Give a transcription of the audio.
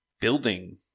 building